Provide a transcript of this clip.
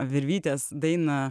virvytės dainą